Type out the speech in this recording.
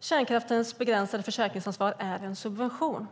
kärnkraftens begränsade försäkringsansvar är en subvention.